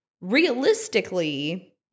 realistically